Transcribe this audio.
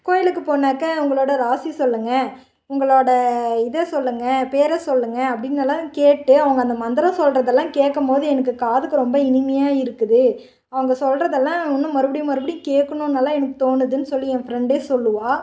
கோயிலுக்கு போனாக்க உங்களோட ராசி சொல்லுங்கள் உங்களோடய இதை சொல்லுங்கள் பேரை சொல்லுங்கள் அப்படின்னு எல்லாம் கேட்டு அவள் அந்த மந்திரம் சொல்கிறது எல்லாம் கேட்கம்போது எனக்கு காதுக்கு ரொம்ப இனிமையாக இருக்குது அவங்க சொல்கிறதெல்லாம் இன்னும் மறுபடியும் மறுபடியும் கேட்கணுன்னு எல்லாம் எனக்கு தோணுதுனு சொல்லி என் ஃப்ரெண்டே சொல்லுவாள்